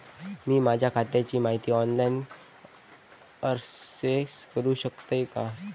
मी माझ्या खात्याची माहिती ऑनलाईन अक्सेस करूक शकतय काय?